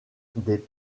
des